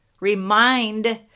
remind